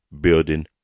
Building